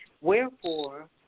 Wherefore